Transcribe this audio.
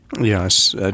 Yes